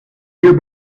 year